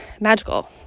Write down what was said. magical